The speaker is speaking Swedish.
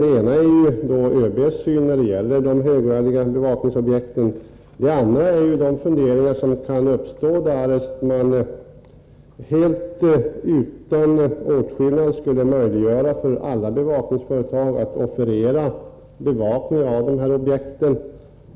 Den ena är ÖB:s syn när det gäller de högviktiga bevakningsobjekten. Det andra är att man fört in i bilden de funderingar som skulle uppstå, därest man helt utan åtskillnad möjliggjorde för alla bevakningsbolag att offerera bevakning av de här skyddsobjekten.